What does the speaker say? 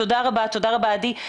תודה רבה, קרן, תודה רבה, עדי.